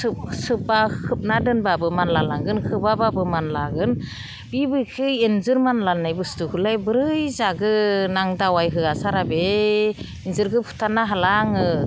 खोबना दोनबाबो मानला लांगोन खोबाबाबो मानलागोन बेबायदि एन्जर मानलानाय बुस्थुखौलाय बोरै जागोन आं दावाय होआ सारा बे एन्जरखौ फुथारनो हाला आङो